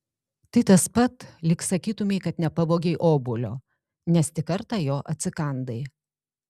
tai tas pat lyg sakytumei kad nepavogei obuolio nes tik kartą jo atsikandai